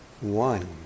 One